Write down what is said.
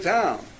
town